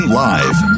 live